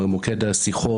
מוקד השיחות,